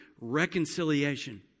reconciliation